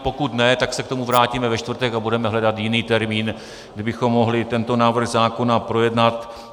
Pokud ne, tak se k tomu vrátíme ve čtvrtek a budeme hledat jiný termín, kdy bychom mohli tento návrh zákona projednat.